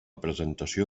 presentació